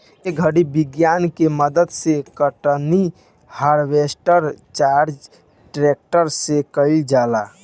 ए घड़ी विज्ञान के मदद से कटनी, हार्वेस्टर चाहे ट्रेक्टर से कईल जाता